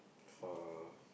far